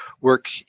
work